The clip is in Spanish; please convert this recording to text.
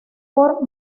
por